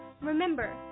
Remember